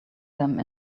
them